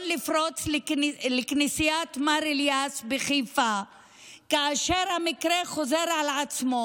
לפרוץ לכנסיית מאר אליאס בחיפה והמקרה חוזר על עצמו.